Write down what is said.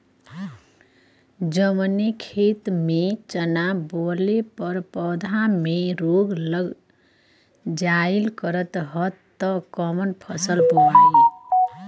जवने खेत में चना बोअले पर पौधा में रोग लग जाईल करत ह त कवन फसल बोआई?